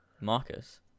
marcus